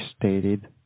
stated